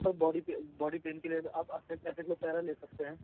سر body body pain کے لیے اب آپ ایسکلوپیرا لے سکتے ہیں